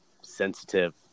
sensitive